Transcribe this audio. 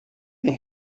can